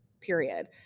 period